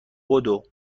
بدو